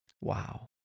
Wow